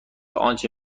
آنچه